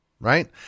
Right